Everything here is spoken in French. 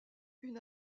une